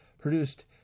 produced